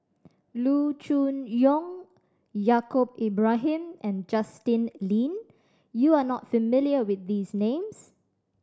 Loo Choon Yong Yaacob Ibrahim and Justin Lean you are not familiar with these names